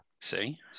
See